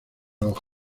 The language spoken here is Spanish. los